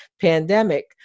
pandemic